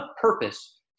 purpose